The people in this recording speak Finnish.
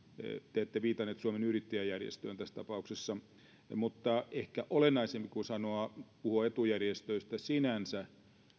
te ette viitannut suomen yrittäjät järjestöön tässä tapauksessa mutta ehkä olennaisempaa kuin puhua etujärjestöistä sinänsä